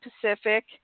Pacific